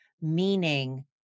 meaning